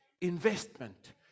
investment